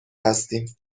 هستیم